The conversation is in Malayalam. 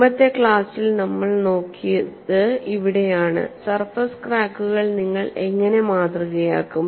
മുമ്പത്തെ ക്ലാസ്സിൽ നമ്മൾ നോക്കിയത് ഇവിടെയാണ് സർഫസ് ക്രാക്കുകൾ നിങ്ങൾ എങ്ങനെ മാതൃകയാക്കും